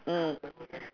mm